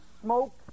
smoke